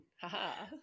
haha